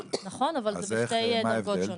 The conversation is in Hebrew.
נכון אבל זה בשתי דרגות שונות.